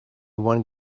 one